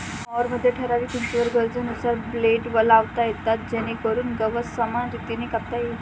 मॉवरमध्ये ठराविक उंचीवर गरजेनुसार ब्लेड लावता येतात जेणेकरून गवत समान रीतीने कापता येईल